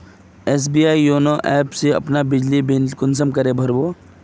SBI YONO app से अपना बिजली बिल कुंसम करे भर बो?